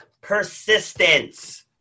persistence